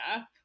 up